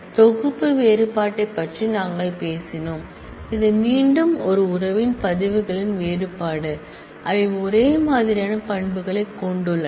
set difference பற்றி நாங்கள் பேசினோம் இது மீண்டும் ஒரு டேபிளின் ரெக்கார்ட் களின் வேறுபாடு அவை ஒரே மாதிரியான பண்புகளைக் கொண்டுள்ளன